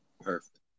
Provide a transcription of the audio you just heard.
Perfect